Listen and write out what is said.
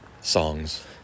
songs